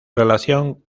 relación